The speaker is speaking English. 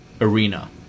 arena